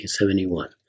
1971